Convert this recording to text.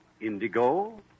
Indigo